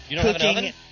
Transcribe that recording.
cooking